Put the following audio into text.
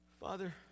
Father